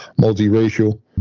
multiracial